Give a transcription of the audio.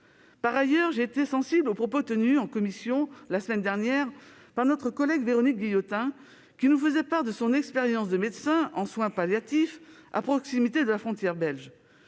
Par ailleurs, j'ai été sensible aux propos qu'a tenus en commission la semaine dernière notre collègue Véronique Guillotin. Elle nous a fait part de son expérience de médecin en soins palliatifs à proximité de la frontière belge